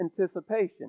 anticipation